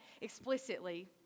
explicitly